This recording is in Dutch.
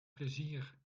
plezier